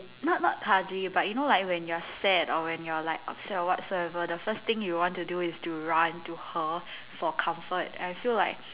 not not cuddly but you know like when you're sad or when you're like upset or whatsoever the first thing you want to do is to run to her for comfort and I feel like